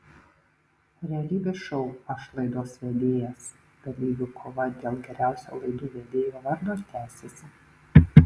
realybės šou aš laidos vedėjas dalyvių kova dėl geriausio laidų vedėjo vardo tęsiasi